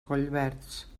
collverds